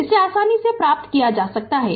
तो इसे आसानी से प्राप्त किया जा सकता है